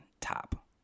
top